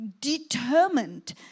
determined